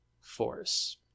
force